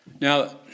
Now